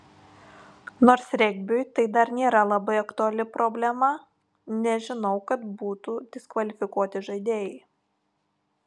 nors regbiui tai dar nėra labai aktuali problema nežinau kad būtų diskvalifikuoti žaidėjai